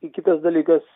i kitas dalykas